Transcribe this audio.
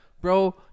bro